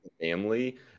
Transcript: family